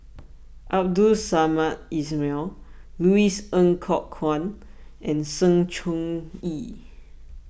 Abdul Samad Ismail Louis Ng Kok Kwang and Sng Choon Yee